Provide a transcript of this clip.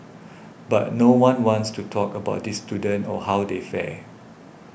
but no one wants to talk about these students or how they fare